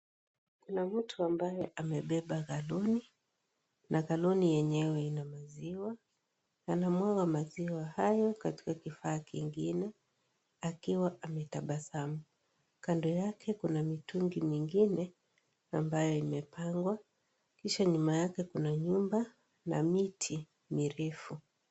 Kuna mtu ambaye amebeba galoni na galoni yenyewe ina maziwa ,anamwaga maziwa hayo katika kifaa kingine akiwa ametabasamu, kando yake kuna mitugi mingine ambayo imepangwa kisha nyuma yake kuna nyumba na miti mirefu.